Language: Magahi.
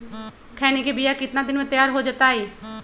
खैनी के बिया कितना दिन मे तैयार हो जताइए?